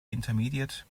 intermediate